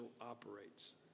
operates